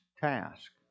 task